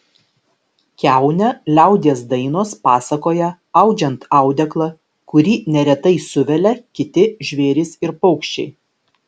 kiaunę liaudies dainos pasakoja audžiant audeklą kurį neretai suvelia kiti žvėrys ir paukščiai